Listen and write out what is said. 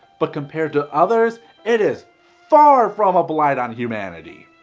but compared to others it is far from a blight on humanity.